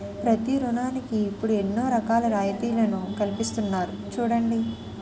ప్రతి ఋణానికి ఇప్పుడు ఎన్నో రకాల రాయితీలను కల్పిస్తున్నారు చూడండి